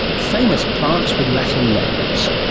famous plants with latin names.